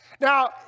Now